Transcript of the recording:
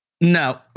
No